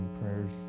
prayers